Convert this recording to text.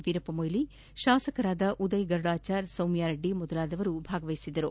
ವೀರಪ್ಪ ಮೊಯ್ಲಿ ಶಾಸಕರುಗಳಾದ ಉದಯ ಗರುಡಚಾರ್ ಸೌಮ್ಯಾರೆಡ್ಡಿ ಮೊದಲಾದವರು ಭಾಗವಹಿಸಿದ್ದರು